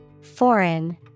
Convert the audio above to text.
Foreign